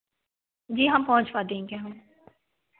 जी हम पहुँचवा देंगे हम